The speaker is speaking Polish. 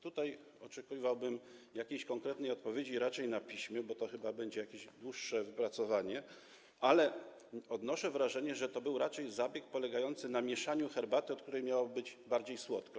Tutaj oczekiwałbym konkretnej odpowiedzi, raczej na piśmie, bo to chyba będzie jakieś dłuższe wypracowanie, ale odnoszę wrażenie, że to był raczej zabieg polegający na mieszaniu herbaty, od którego miało być bardziej słodko.